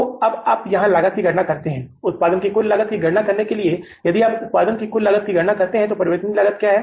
तो अब आप यहां लागत की गणना करते हैं उत्पादन की कुल लागत की गणना करने के लिए यदि आप उत्पादन की कुल लागत की गणना करते हैं तो परिवर्तनीय लागत क्या है